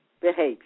behavior